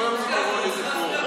לא יום הזיכרון לזכרו.